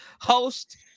host –